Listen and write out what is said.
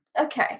Okay